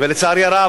לצערי הרב,